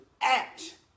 act